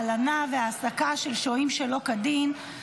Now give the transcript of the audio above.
הלנה והעסקה של שוהים שלא כדין,